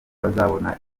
bazabona